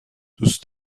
دوست